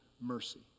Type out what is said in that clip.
mercy